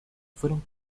fueron